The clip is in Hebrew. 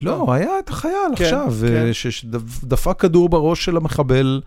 לא, היה את החייל עכשיו, שדפק כדור בראש של המחבל.